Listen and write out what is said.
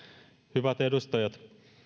hyvät edustajat